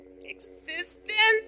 Existence